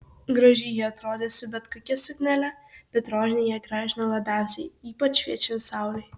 gražiai ji atrodė su bet kokia suknele bet rožinė ją gražino labiausiai ypač šviečiant saulei